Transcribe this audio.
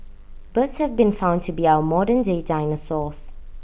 birds have been found to be our modern day dinosaurs